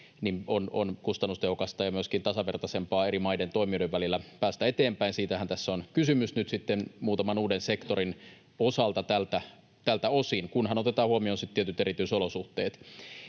on kustannustehokasta ja myöskin tasavertaisempaa eri maiden toimijoiden välillä päästä eteenpäin. Siitähän tässä on kysymys nyt muutaman uuden sektorin osalta tältä osin — kunhan otetaan huomioon tietyt erityisolosuhteet.